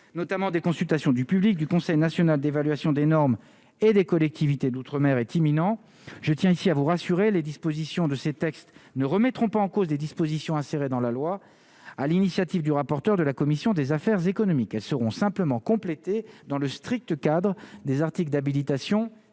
notamment des consultations du public du Conseil national d'évaluation des normes et des collectivités d'outre-mer est imminente, je tiens ici à vous rassurer les dispositions de ces textes ne remettront pas en cause des dispositions insérées dans la loi, à l'initiative du rapporteur de la commission des affaires économiques, elles seront simplement compléter dans le strict cadre des articles d'habilitation